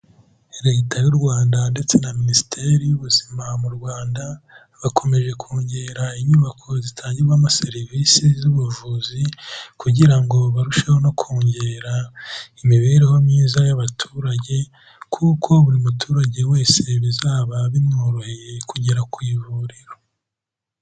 Leta y'u Rwanda ndetse na Minisiteri y'ubuzima mu Rwanda, bakomeje kongera inyubako zitangirwamo serivisi z'ubuvuzi kugira ngo barusheho no kongera imibereho myiza y'abaturage kuko buri muturage wese bizaba bimworoheye kugera ku ivuriro.